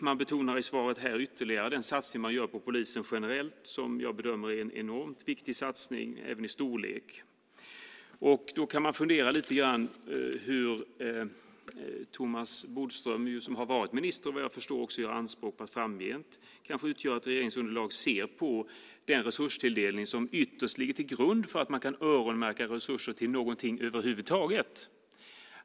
Man betonar i svaret här ytterligare den satsning man gör på polisen generellt som jag bedömer är en enormt viktig satsning även i storlek. Då kan man fundera lite grann på hur Thomas Bodström som har varit minister, och vad jag förstår också gör anspråk på att framgent utgöra ett regeringsunderlag, ser på den resurstilldelning som ytterst ligger till grund för att man kan öronmärka resurser till någonting över huvud taget.